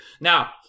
Now